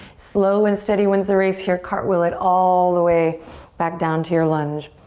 slow and steady wins the race here, cartwheel it all the way back down to your lunge.